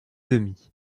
demi